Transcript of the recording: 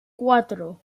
cuatro